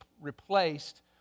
replaced